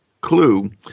clue